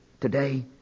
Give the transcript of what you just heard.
today